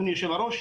אדוני היושב-ראש,